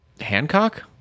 Hancock